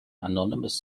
anonymous